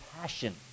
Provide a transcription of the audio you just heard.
passion